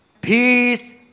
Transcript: Peace